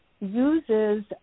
uses